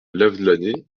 lavelanet